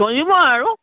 চলিব আৰু